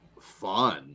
fun